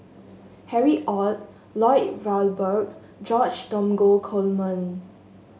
Harry Ord Lloyd Valberg George Dromgold Coleman